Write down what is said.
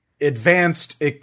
Advanced